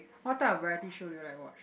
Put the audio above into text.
what type of variety show do you like to watch